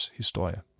historie